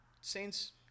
Saints